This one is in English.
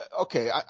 okay